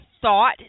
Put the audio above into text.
thought